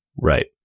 right